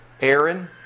Aaron